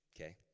okay